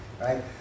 right